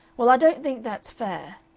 well, i don't think that's fair.